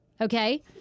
Okay